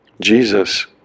Jesus